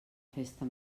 festa